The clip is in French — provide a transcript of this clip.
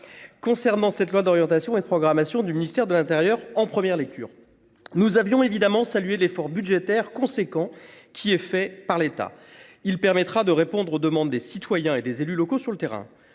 Concernant cette loi d'orientation et de programmation du ministère de l'Intérieur en première lecture nous avions évidemment salué l'effort budgétaire conséquent qui est fait par l'État. Il permettra de répondre aux demandes des citoyens et des élus locaux sur le terrain.